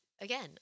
again